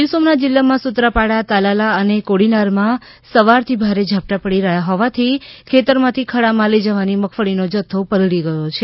ગીર સોમનાથ જિલ્લામાં સુત્રાપાડા તાલાલા અને કોડીનારમાં સવારથી ભારે ઝાપટાં પડી રહ્યા હોવાથી ખેતરમાંથી ખળામાં લઈ જવાની મગફળીનો જથ્થો પલળી ગયો છે